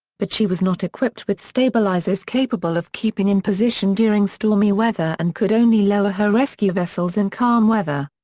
but she was not equipped with stabilizers capable of keeping in position during stormy weather and could only lower her rescue vessels in calm weather.